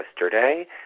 yesterday